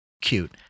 cute